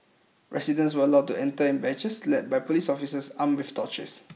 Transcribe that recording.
residents were allowed to enter in batches led by police officers armed with torches